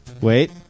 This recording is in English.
Wait